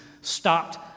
stopped